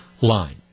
Line